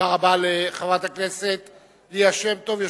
תודה רבה לחברת הכנסת ליה שמטוב,